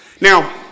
Now